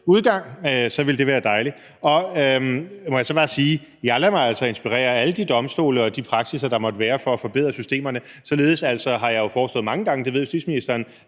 udgang, så ville det være dejligt. Må jeg så bare sige, at jeg altså lader mig inspirere af alle de domstole og de praksisser, der måtte være for at forbedre systemerne. Således har jeg altså mange gange foreslået – det ved justitsministeren